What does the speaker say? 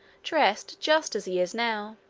dressed just as he is now.